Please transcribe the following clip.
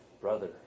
brother